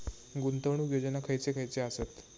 गुंतवणूक योजना खयचे खयचे आसत?